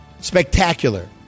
Spectacular